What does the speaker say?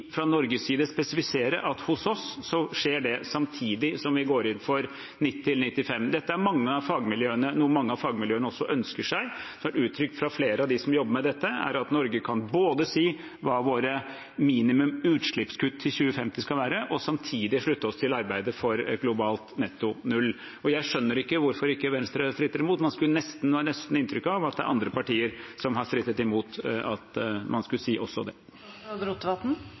går inn for 90–95 pst. Dette er noe mange av fagmiljøene også ønsker seg. Det har vært uttrykt fra flere av dem som jobber med dette, at Norge kan både si hva våre minimum utslippskutt til 2050 skal være, og samtidig slutte oss til arbeidet for et globalt netto null. Jeg skjønner ikke hvorfor Venstre stritter imot, man får nesten inntrykk av at det er andre partier som har strittet imot at man skulle si også det.